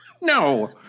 No